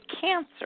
cancer